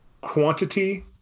quantity